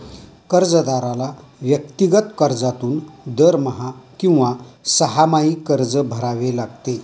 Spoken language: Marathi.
कर्जदाराला वैयक्तिक कर्जातून दरमहा किंवा सहामाही कर्ज भरावे लागते